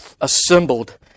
assembled